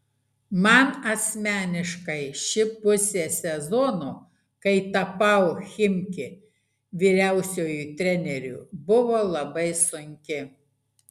man asmeniškai ši pusė sezono kai tapau chimki vyriausiuoju treneriu buvo labai sunki